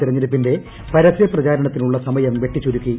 തിരഞ്ഞെടുപ്പിന്റെ പരസ്യപ്രചാരണത്തിനുള്ള സമയം വെട്ടിച്ചുരുക്കി